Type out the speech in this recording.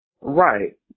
Right